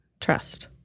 Trust